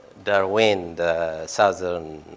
darwin southern